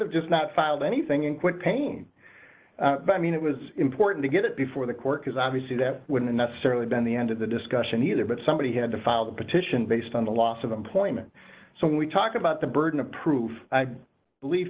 have just not filed anything in quick pain i mean it was important to get it before the court because obviously that wouldn't necessarily been the end of the discussion either but somebody had to file the petition based on the loss of employment so when we talk about the burden of proof i believe